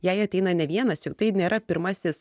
jei ateina ne vienas jau tai nėra pirmasis